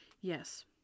Yes